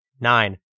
Nine